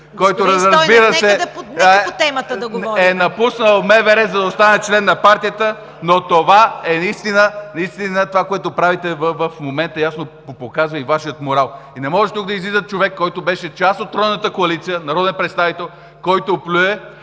…разбира се, е напуснал МВР, за да остане член на партията, но това, което правите в момента, ясно показва и Вашия морал. Не може тук да излиза човек, който беше част от Тройната коалиция, народен представител, който плюе,